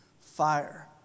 fire